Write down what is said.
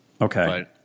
Okay